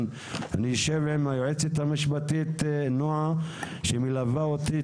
אני אשב עם היועצת המשפטית נעה שמלווה אותי,